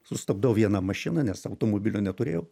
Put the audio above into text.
sustabdau vieną mašiną nes automobilio neturėjau